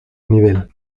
nivel